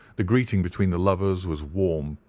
the greeting between the lovers was warm,